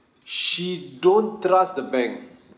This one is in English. she don't trust the bank